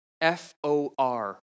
F-O-R